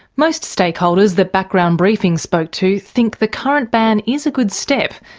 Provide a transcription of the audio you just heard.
most stakeholders that background briefing spoke to think the current ban is a good step,